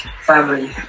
family